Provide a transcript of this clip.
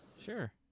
Sure